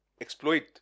exploit